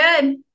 good